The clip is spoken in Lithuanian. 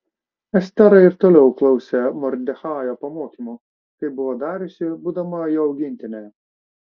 estera ir toliau klausė mordechajo pamokymų kaip buvo dariusi būdama jo augintinė